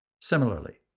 Similarly